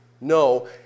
no